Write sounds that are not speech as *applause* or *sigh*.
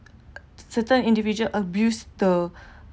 certain individual abuse the *breath*